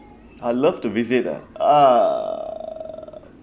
I love to visit uh ah